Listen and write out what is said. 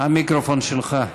המיקרופון שלך.